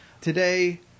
today